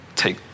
take